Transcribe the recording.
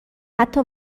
حتی